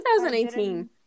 2018